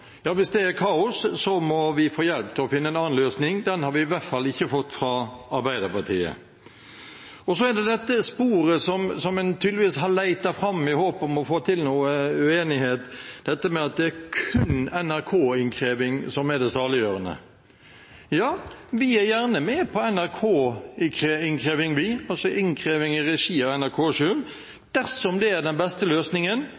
Hvis det er kaos, må vi få hjelp til å finne en annen løsning. Den har vi i hvert fall ikke fått fra Arbeiderpartiet. Så er det dette sporet som en tydeligvis har lett fram i håp om å få til noe uenighet, dette med at det kun er NRK-innkreving som er det saliggjørende. Vi er gjerne med på NRK-innkreving, altså innkreving i regi av NRK selv, dersom det er den beste løsningen